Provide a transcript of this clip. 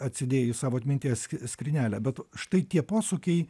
atsidėjai į savo atminties skrynelę bet štai tie posūkiai